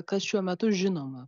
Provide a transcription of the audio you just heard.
kas šiuo metu žinoma